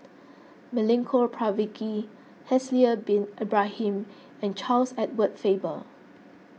Milenko Prvacki Haslir Bin Ibrahim and Charles Edward Faber